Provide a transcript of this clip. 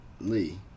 Lee